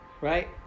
Right